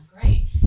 Great